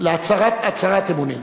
הצהרת אמונים.